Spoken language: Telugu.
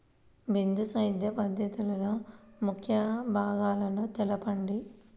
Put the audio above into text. బిందు సేద్య పద్ధతిలో ముఖ్య భాగాలను తెలుపండి?